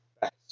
best